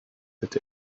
that